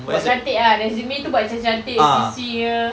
buat cantik ah resume tu buat cantik cantik swee swee ke